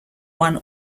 one